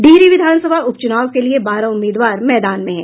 डिहरी विधानसभा उपचुनाव के लिये बारह उम्मीदवार मैदान में हैं